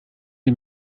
ihm